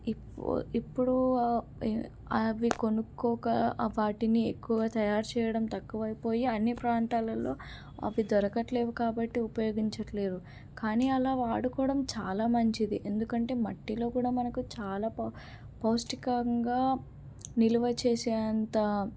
ఇప్పు ఇప్పుడు అవి కొనుక్కోక వాటిని ఎక్కువగా తయారు చేయడం తక్కువైపోయి అన్ని ప్రాంతాలలో అవి దొరకట్లేదు కాబట్టి ఉపయోగించడం లేదు కానీ అలా వాడుకోవడం చాలా మంచిది ఎందుకంటే మట్టిలో కూడా మనకు చాలా పౌ పౌష్టికంగా నిలువ చేసే అంత